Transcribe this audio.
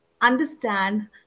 understand